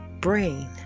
brain